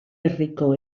herriko